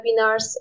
webinars